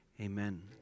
amen